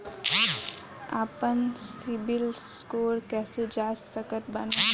आपन CIBIL score कैसे जांच सकत बानी?